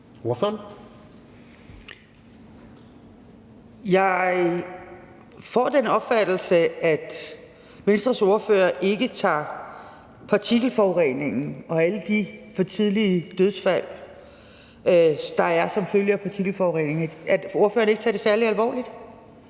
Jeg får den opfattelse, at Venstres ordfører ikke tager partikelforureningen og alle de for tidlige dødsfald, der er som følge af partikelforureningen, særlig alvorligt.